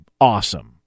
Awesome